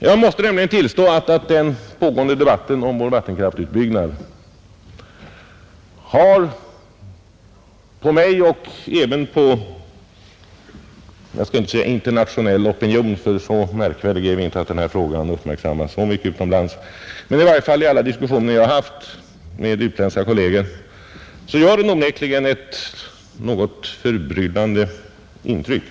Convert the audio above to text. Jag måste nämligen tillstå att den pågående debatten om vår vattenkraftutbyggnad har på mig och även på andra — jag skall inte säga på internationell opinion, för så märkvärdiga är vi inte att denna fråga uppmärksammas så mycket utomlands, men i varje fall i alla diskussioner jag har haft med utländska kolleger — onekligen gjort ett något förbryllande intryck.